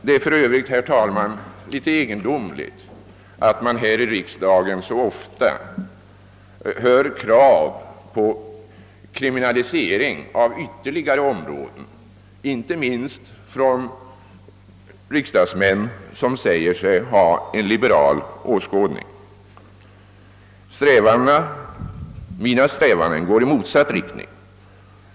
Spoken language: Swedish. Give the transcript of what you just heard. Det är för övrigt, herr talman, litet egendomligt att man här i riksdagen så ofta hör krav på kriminalisering av ytterligare områden just från riksdagsmän som säger sig ha en liberal åskådning. Mina strävanden går i motsatt riktning.